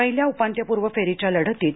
पहिल्या उपांत्यपूर्व फेरीच्यालढतीत